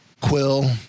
Quill